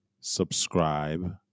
subscribe